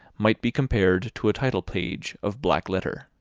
might be compared to a title-page of black-letter.